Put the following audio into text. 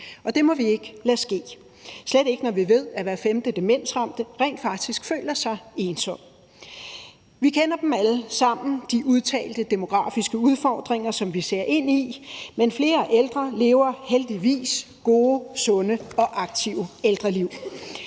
og det må vi ikke lade ske, slet ikke når vi ved, at hver femte demensramte rent faktisk føler sig ensom. Vi kender dem alle sammen, de udtalte demografiske udfordringer, som vi ser ind i, men flere ældre lever heldigvis gode, sunde og aktive ældreliv.